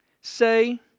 say